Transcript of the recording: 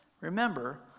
Remember